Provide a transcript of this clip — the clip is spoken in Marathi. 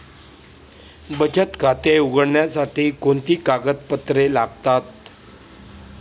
बचत खाते उघडण्यासाठी कोणती कागदपत्रे लागतात?